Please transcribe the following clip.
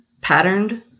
patterned